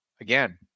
Again